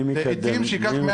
1,500 עצים שיורדים בגלל כביש.